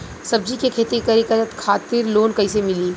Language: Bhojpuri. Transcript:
सब्जी के खेती करे खातिर लोन कइसे मिली?